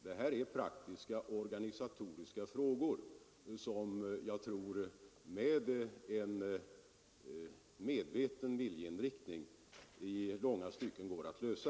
Det här är i hög grad praktiska organisatoriska frågor som jag tror att man med en medveten viljeinriktning bör kunna lösa,